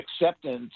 acceptance